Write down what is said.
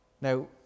Now